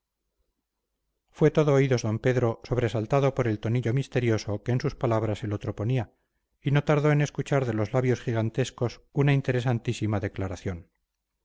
fue todo oídos d pedro sobresaltado por el tonillo misterioso que en sus palabras el otro ponía y no tardó en escuchar de los labios gitanescos una interesantísima declaración